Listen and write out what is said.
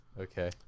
Okay